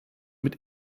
mit